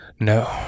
No